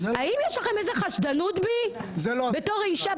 האם יש לכם איזה חשדנות בי בתור אישה,